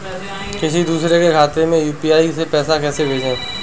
किसी दूसरे के खाते में यू.पी.आई से पैसा कैसे भेजें?